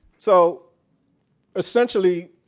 so essentially